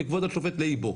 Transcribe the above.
--- של כבוד השופט לייבו,